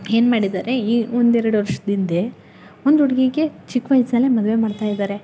ಏನು ಮಾಡಿದರೆ ಈ ಒಂದು ಎರ್ಡು ವರ್ಷದಿಂದೆ ಒಂದು ಹುಡ್ಗಿಗೆ ಚಿಕ್ಕ ವಯಸಲ್ಲೆ ಮದುವೆ ಮಾಡ್ತಾಯಿದ್ದಾರೆ